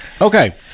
Okay